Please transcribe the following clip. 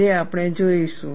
જે આપણે જોઈશું